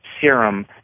serum